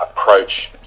approach